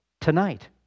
Tonight